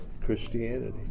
Christianity